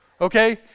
okay